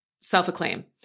self-acclaim